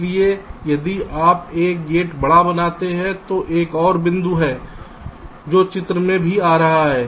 इसलिए यदि आप एक गेट बड़ा बनाते हैं तो एक और बिंदु है जो चित्र में भी आ रहा है